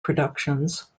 productions